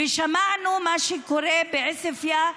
ושמענו מה קורה בעוספיא,